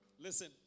Listen